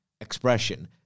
expression